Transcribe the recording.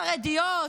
חרדיות,